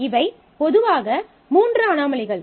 இவை பொதுவாக மூன்று அனோமலிகள்